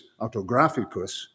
autographicus